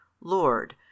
lord